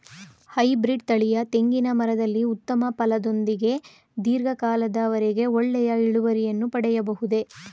Hybrid ತಳಿಯ ತೆಂಗಿನ ಮರದಲ್ಲಿ ಉತ್ತಮ ಫಲದೊಂದಿಗೆ ಧೀರ್ಘ ಕಾಲದ ವರೆಗೆ ಒಳ್ಳೆಯ ಇಳುವರಿಯನ್ನು ಪಡೆಯಬಹುದೇ?